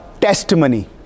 testimony